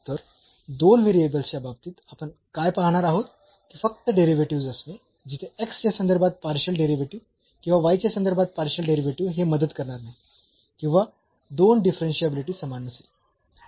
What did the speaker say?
तर दोन व्हेरिएबल्स च्या बाबतीत आपण काय पाहणार आहोत की फक्त डेरिव्हेटिव्हस् असणे जिथे च्या संदर्भात पार्शियल डेरिव्हेटिव्ह आणि च्या संदर्भात पार्शियल डेरिव्हेटिव्ह हे मदत करणार नाही किंवा ते दोन डिफरन्शियाबिलिटी समान नसेल